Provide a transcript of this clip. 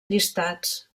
llistats